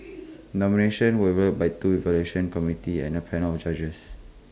nominations were evaluated by two evaluation committees and A panel of judges